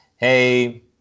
Hey